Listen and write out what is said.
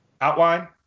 outline